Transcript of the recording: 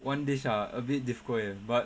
one dish ah a bit difficult eh but